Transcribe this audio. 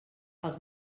els